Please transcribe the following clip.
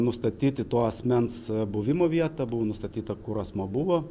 nustatyti to asmens buvimo vietą buvo nustatyta kur asmuo buvo